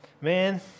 man